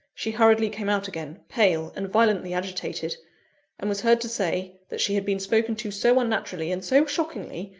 she hurriedly came out again, pale, and violently agitated and was heard to say, that she had been spoken to so unnaturally, and so shockingly,